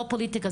לא פוליטיקה,